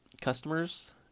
customers